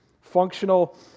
functional